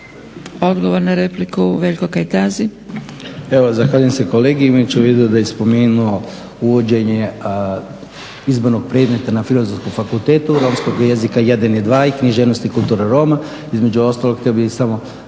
Odgovor na repliku, Veljko Kajtazi.